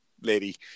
lady